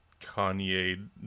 Kanye